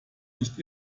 nicht